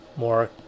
more